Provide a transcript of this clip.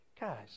guys